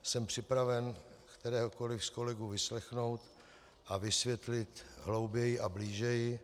Jsem připraven kteréhokoliv z kolegů vyslechnout a vysvětlit hlouběji a blíže.